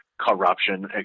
corruption